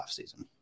offseason